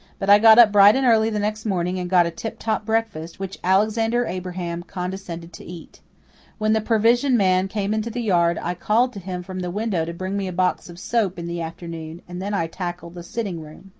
but i got up bright and early the next morning and got a tiptop breakfast, which alexander abraham condescended to eat when the provision man came into the yard i called to him from the window to bring me a box of soap in the afternoon, and then i tackled the sitting-room.